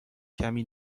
کمی